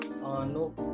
no